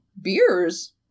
Beers